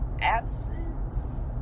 absence